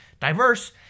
Diverse